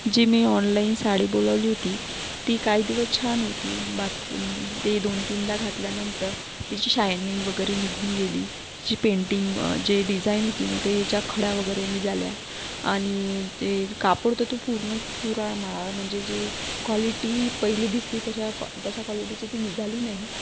जी मी ऑनलाईन साडी बोलवली होती ती काही दिवस छान होती बाकी ते दोनतीनदा घातल्यानंतर तिची शायनिंग वगैरे निघून गेली तिची पेंटिंग जे डिझाईन होते ना तेच्या खडे वगैरे निघाले आणि ते कापड तर तो पूर्ण चुराळ माराळ म्हणजे जी क्वॉलिटी पहिली दिसली तशा कॉ तशा क्वॉलिटीची ती निघाली नाही